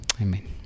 Amen